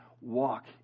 walk